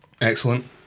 Excellent